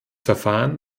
verfahren